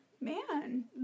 Man